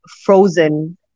frozen